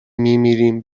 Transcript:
میمیریم